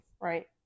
Right